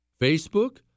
Facebook